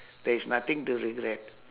there is nothing to regret